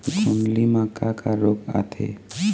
गोंदली म का का रोग आथे?